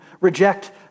reject